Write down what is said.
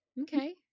okay